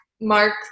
mark